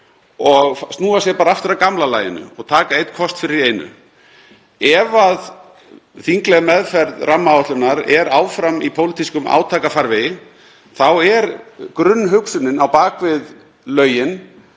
og snúa sér bara aftur að gamla laginu og taka einn kost fyrir í einu. Ef þingleg meðferð rammaáætlunar er áfram í pólitískum átakafarvegi er grunnhugsunin á bak við lögin